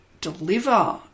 deliver